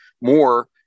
more